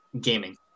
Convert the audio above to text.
gaming